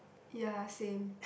ya same